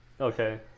okay